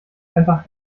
einfach